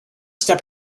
step